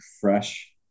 fresh